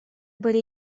были